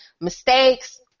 mistakes